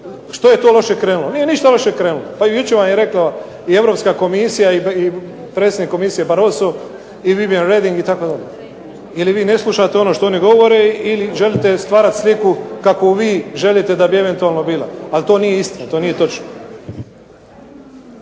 što je to loše krenulo. Nije ništa loše krenulo. Pa i jučer vam je rekla i Europska komisija i predsjednik Komisije Barroso i Vivien Reding itd. Ili vi ne slušate ono što oni govore ili želite stvarati sliku kakvu vi želite da bi eventualno bila, ali to nije istina. To nije točno.